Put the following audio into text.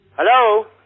Hello